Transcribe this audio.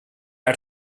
are